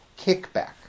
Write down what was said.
kickback